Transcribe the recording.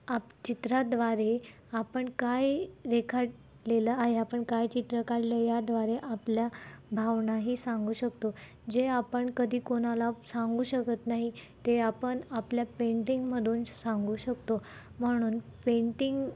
आपण चित्राद्वारे आपण काय रेखाटलेलं आहे आपण काय चित्र काढलं याद्वारे आपल्या भावनाही सांगू शकतो जे आपण कधी कोणाला सांगू शकत नाही ते आपण आपल्या पेंटिंगमधून सांगू शकतो म्हणून पेंटिंग